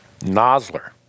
Nosler